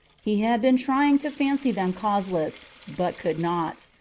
he had been trying to fancy them causeless, but could not.